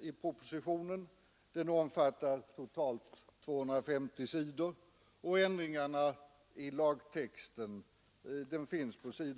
i propositionen. Den omfattar totalt 250 sidor, och ändringarna i lagtexten finns på s.